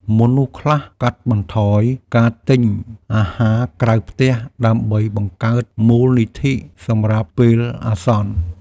មនុស្សខ្លះកាត់បន្ថយការទិញអាហារក្រៅផ្ទះដើម្បីបង្កើតមូលនិធិសម្រាប់ពេលអាសន្ន។